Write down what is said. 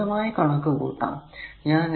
ഇത് ലളിതമായി കണക്കു കൂട്ടാം